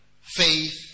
Faith